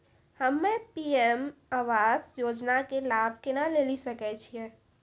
हम्मे पी.एम आवास योजना के लाभ केना लेली सकै छियै?